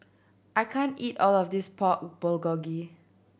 I can't eat all of this Pork Bulgogi